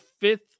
fifth